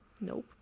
Nope